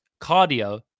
cardio